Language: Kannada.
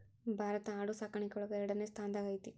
ಭಾರತಾ ಆಡು ಸಾಕಾಣಿಕೆ ಒಳಗ ಎರಡನೆ ಸ್ತಾನದಾಗ ಐತಿ